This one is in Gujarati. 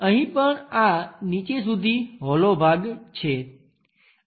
અહીં પણ આ નીચે સુધી હોલો ભાગ છે